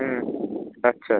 ਅੱਛਾ ਅੱਛਾ